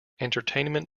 entertainment